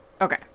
okay